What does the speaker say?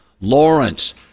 Lawrence